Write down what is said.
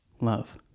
Love